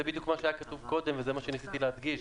זה בדיוק מה שהיה כתוב קודם וזה מה שניסיתי להדגיש.